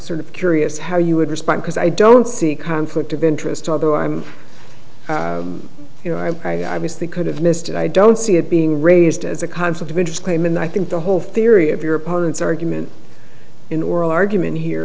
sort of curious how you would respond because i don't see a conflict of interest although i'm you know i was the could have missed it i don't see it being raised as a conflict of interest claim and i think the whole theory of your opponent's argument in oral argument here